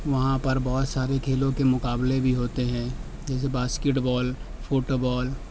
وہاں پر بہت سارے کھیلوں کے مقابلے بھی ہوتے ہیں جیسے باسکٹ بال فٹ بال